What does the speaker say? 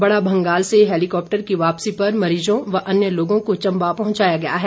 बड़ा भंगाल से हैलीकॉप्टर की वापसी पर मरीजों व अन्य लोगों को चम्बा पहुंचाया गया है